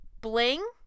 bling